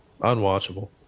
Unwatchable